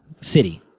City